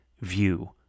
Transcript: view